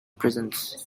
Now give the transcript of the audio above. prisons